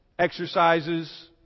exercises